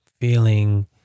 feeling